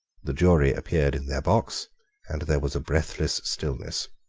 the jury appeared in their box and there was a breathless stillness.